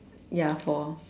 ya four